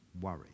worry